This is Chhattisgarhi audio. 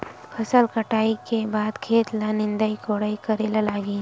फसल कटाई के बाद खेत ल निंदाई कोडाई करेला लगही?